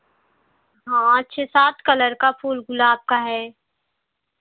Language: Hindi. हाँ छह सात कलर का फूल गुलाब का है